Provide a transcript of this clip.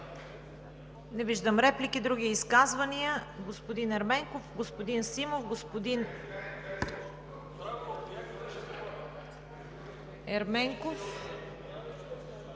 Не виждам. Други изказвания? Господин Ерменков, господин Симов, господин Гьоков